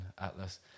atlas